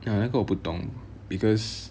ya 那个我不懂 because